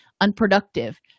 unproductive